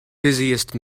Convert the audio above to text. busiest